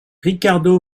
riccardo